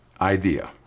idea